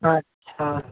আচ্ছা